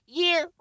year